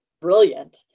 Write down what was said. brilliant